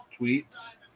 tweets